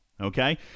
Okay